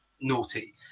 naughty